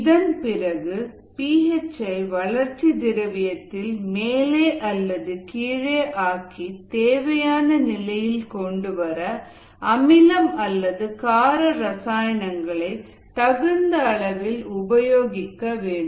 இதற்கு பிறகு P H ஐ வளர்ச்சி திரவியத்தில் மேலே அல்லது கீழே ஆக்கி தேவையான நிலையில் கொண்டுவர அமிலம் அல்லது கார ரசாயனங்களை தகுந்த அளவில் உபயோகிக்க வேண்டும்